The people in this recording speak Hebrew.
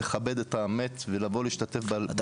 לכבד את המת ולבוא להשתתף בהלוויה --- אתה